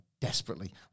Desperately